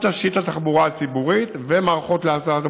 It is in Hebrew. כל תשתית התחבורה הציבורית ומערכות להסעת